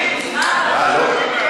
אה, לא?